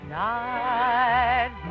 night